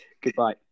Goodbye